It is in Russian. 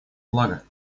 блага